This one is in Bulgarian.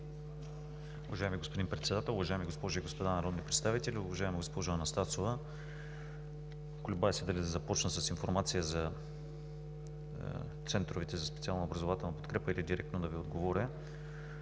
Уважаеми господин Председател, уважаеми госпожи и господа народни представители! Уважаема госпожо Анастасова, колебая се дали да започна с информация за центровете за специална образователна подкрепа, или директно да Ви отговоря.